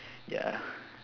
ya